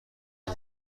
این